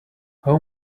how